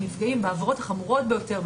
נפגעים בעבירות החמורות ביותר,